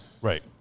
Right